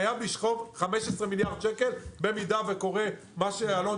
חייב לשכב 15 מיליארד שקל אם קורה מה שאלון